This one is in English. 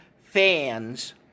fans